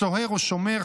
סוהר או שומר,